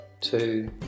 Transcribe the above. Two